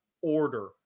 order